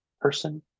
person